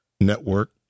Network